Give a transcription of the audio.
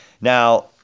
Now